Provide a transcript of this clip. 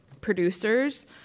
producers